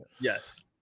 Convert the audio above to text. Yes